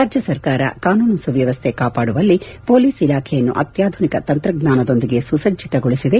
ರಾಜ್ಯ ಸರ್ಕಾರ ಕಾನೂನು ಸುವ್ಯವಸ್ಥೆ ಕಾಪಾಡುವಲ್ಲಿ ಮೊಲೀಸ್ ಇಲಾಖೆಯನ್ನು ಅತ್ಯಾಧುನಿಕ ತಂತ್ರಜ್ಞಾನದೊಂದಿಗೆ ಸುಸಜ್ಜಿತಗೊಳಿಸಿದೆ